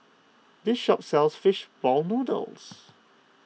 this shop sells Fish Ball Noodles